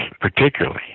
particularly